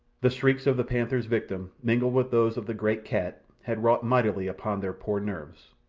the shrieks of the panther's victim, mingled with those of the great cat, had wrought mightily upon their poor nerves,